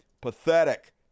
Pathetic